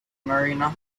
mariner